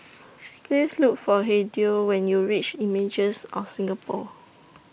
Please Look For Hideo when YOU REACH Images of Singapore